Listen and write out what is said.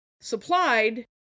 supplied